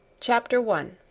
chapter one